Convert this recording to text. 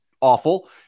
awful